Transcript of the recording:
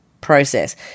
process